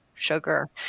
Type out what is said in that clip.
sugar